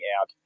out